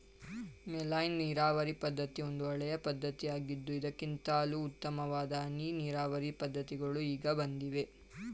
ಮೇಲ್ಮೈ ನೀರಾವರಿ ಪದ್ಧತಿ ಒಂದು ಹಳೆಯ ಪದ್ಧತಿಯಾಗಿದ್ದು ಇದಕ್ಕಿಂತಲೂ ಉತ್ತಮವಾದ ಹನಿ ನೀರಾವರಿ ಪದ್ಧತಿಗಳು ಈಗ ಬಂದಿವೆ